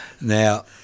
Now